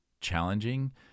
challenging